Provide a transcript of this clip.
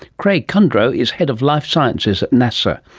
craig kundrot is head of life sciences at nasa,